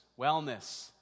wellness